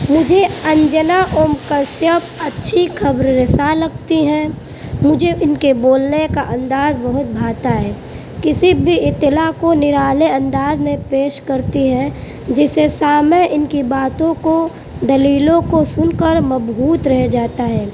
مجھے انجنا اوم کشیپ اچھی خبر رساں لگتی ہیں مجھے ان کے بولنے کا انداز بہت بھاتا ہے کسی بھی اطلاع کو نرالے انداز میں پیش کرتی ہیں جسے سامع ان کی باتوں کو دلیلوں کو سن کر مبہوت رہ جاتا ہے